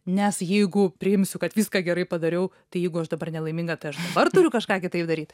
nes jeigu priimsiu kad viską gerai padariau tai jeigu aš dabar nelaiminga tai aš dabar turiu kažką kitaip daryt